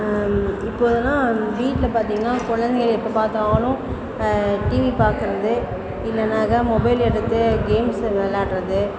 இப்போதுலாம் வீட்டில் பார்த்தீங்கன்னா குழந்தைங்க எப்போ பார்த்தாலும் டிவி பாக்கிறது இல்லைன்னாக்கா மொபைல் எடுத்து கேம்ஸு விளாட்றது